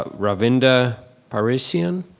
ah ravinder parisien,